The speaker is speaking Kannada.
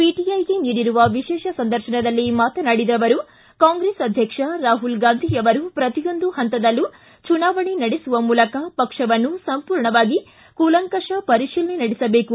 ಪಿಟಐಗೆ ನೀಡಿರುವ ವಿಶೇಷ ಸಂದರ್ಶನಲ್ಲಿ ಮಾತನಾಡಿರುವ ಅವರು ಕಾಂಗ್ರೆಸ್ ಅಧ್ಯಕ್ಷ ರಾಹುಲ್ ಗಾಂಧಿ ಅವರು ಪ್ರತಿಯೊಂದು ಹಂತದಲ್ಲೂ ಚುನಾವಣೆ ನಡೆಸುವ ಮೂಲಕ ಪಕ್ಷವನ್ನು ಸಂಪೂರ್ಣವಾಗಿ ಕೂಲಂಕಪ ಪರಿಶೀಲನೆ ನಡೆಸಬೇಕು